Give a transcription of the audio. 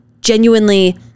genuinely